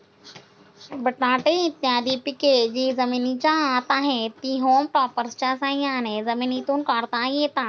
बटाटे इत्यादी पिके जी जमिनीच्या आत आहेत, ती होम टॉपर्सच्या साह्याने जमिनीतून काढता येतात